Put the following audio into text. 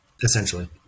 essentially